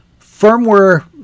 firmware